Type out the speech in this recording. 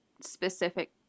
specific